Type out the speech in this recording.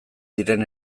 diren